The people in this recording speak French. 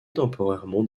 temporairement